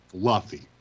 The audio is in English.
fluffy